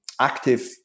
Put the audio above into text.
active